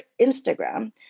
Instagram